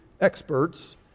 experts